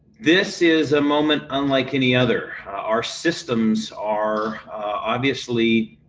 this is a moment unlike any other. our systems are obviously.